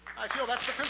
i feel that's the